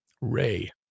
Ray